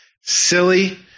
silly